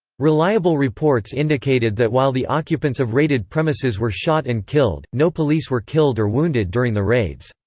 reliable reports indicated that while the occupants of raided premises were shot and killed, no police were killed or wounded during the raids.